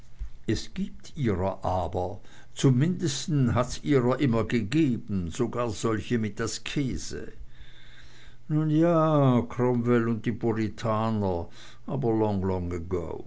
es gibt's ihrer aber zum mindesten hat's ihrer immer gegeben sogar solche mit askese nun ja cromwell und die puritaner aber